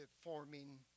forming